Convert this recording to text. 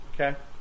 Okay